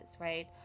right